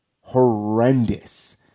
horrendous